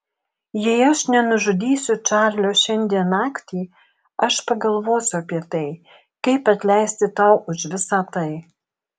jei aš nenužudysiu čarlio šiandien naktį aš pagalvosiu apie tai kaip atleisti tau už visą tai